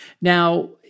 Now